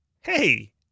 Hey